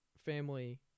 family